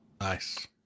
Nice